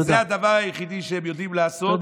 זה הדבר היחידי שהם יודעים לעשות,